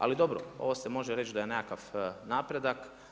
Ali dobro, ovo se može reći da je nekakav napredak.